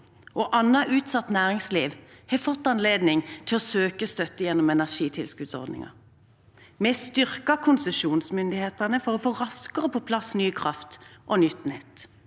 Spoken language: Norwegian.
og annet utsatt næringsliv har fått anledning til å søke støtte gjennom energitilskuddsordningen. Vi har styrket konsesjonsmyndighetene for raskere å få på plass ny kraft og nytt nett,